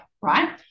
right